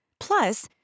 Plus